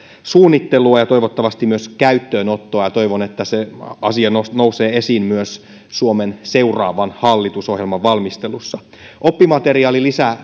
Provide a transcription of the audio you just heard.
suunnittelua ja toivottavasti myös käyttöönottoa toivon että se asia nousee esiin myös suomen seuraavan hallitusohjelman valmistelussa oppimateriaalilisä